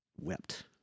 wept